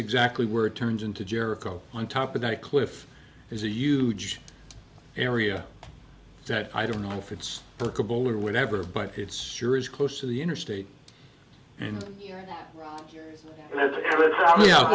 exactly where it turns into jericho on top of that cliff is a huge area that i don't know if it's workable or whatever but it's sure is close to the interstate and i